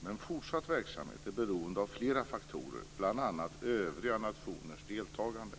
men fortsatt verksamhet är beroende av flera faktorer, bl.a. av övriga nationers deltagande.